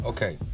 Okay